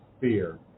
fear